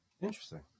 Interesting